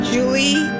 Julie